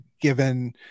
given